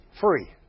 Free